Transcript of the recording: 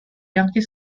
yankee